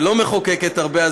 שלא מחוקקת הרבה,